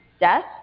death